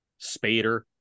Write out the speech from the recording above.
Spader